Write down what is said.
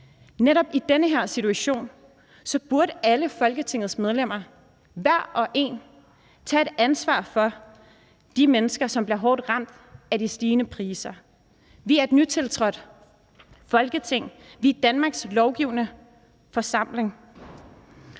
Netop i den her situation burde alle Folketingets medlemmer hver og en tage et ansvar for de mennesker, som bliver hårdt ramt af de stigende priser. Vi er et nytiltrådt Folketing, vi er Danmarks lovgivende forsamling,